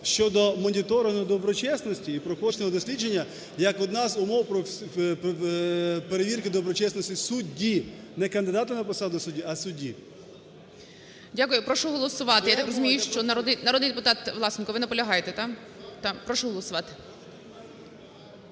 щодо моніторингу доброчесності і проходження психофізичного дослідження як одна з умов перевірки доброчесності судді, не кандидата на посаду судді, а судді. ГОЛОВУЮЧИЙ. Дякую. Прошу голосувати. Я так розумію, що народний депутат Власенко, ви наполягаєте? Прошу голосувати.